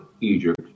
Egypt